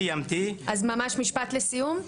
משפט לסיום.